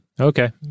okay